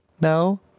No